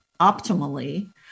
optimally